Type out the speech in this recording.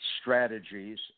strategies